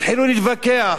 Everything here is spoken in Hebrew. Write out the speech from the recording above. התחילו להתווכח.